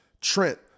trent